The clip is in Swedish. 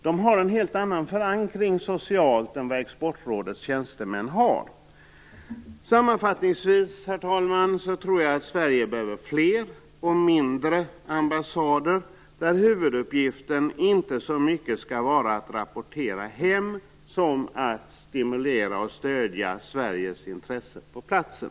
De har en helt annan social förankring än Exportrådets tjänstemän. Herr talman! Sammanfattningsvis tror jag att Sverige behöver fler och mindre ambassader där huvuduppgiften inte så mycket skall vara att rapportera hem som att stimulera och stödja Sveriges intressen på platsen.